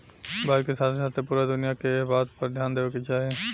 भारत के साथे साथे पूरा दुनिया के एह बात पर ध्यान देवे के चाही